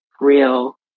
real